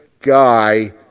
guy